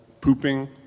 pooping